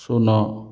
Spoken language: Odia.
ଶୂନ